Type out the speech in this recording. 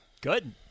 Good